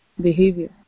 behavior